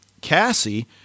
Cassie